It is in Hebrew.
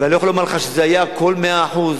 ואני לא יכול לומר לך שהכול היה מאה אחוז,